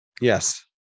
Yes